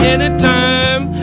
Anytime